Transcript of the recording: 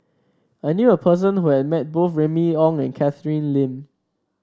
I knew a person who has met both Remy Ong and Catherine Lim